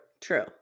true